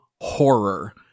horror